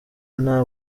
nta